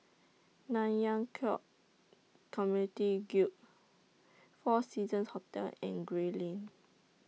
Nanyang Khek Community Guild four Seasons Hotel and Gray Lane